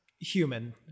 human